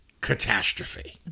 Catastrophe